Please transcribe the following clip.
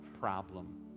problem